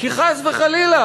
כי חס וחלילה,